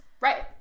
Right